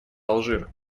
алжир